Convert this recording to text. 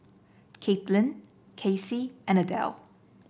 Caitlin Kacy and Adele